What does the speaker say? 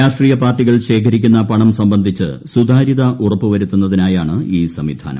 രാഷ്ട്രീയ പാർട്ടികൾ ശേഖരിക്കുന്ന പണം സംബന്ധിച്ച് സുതാര്യത ഉറപ്പുവരുത്തുന്നതിനായാണ് ഈ സംവിധാനം